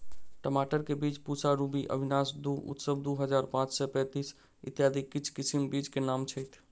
टमाटर केँ बीज पूसा रूबी, अविनाश दु, उत्सव दु हजार पांच सै पैतीस, इत्यादि किछ किसिम बीज केँ नाम छैथ?